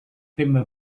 tema